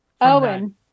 owen